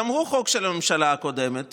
גם הוא חוק של הממשלה הקודמת.